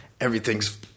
everything's